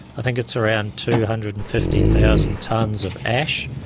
i think it's around two hundred and fifty thousand tonnes of ash.